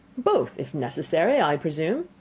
both, if necessary, i presume.